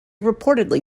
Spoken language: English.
reportedly